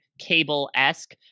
cable-esque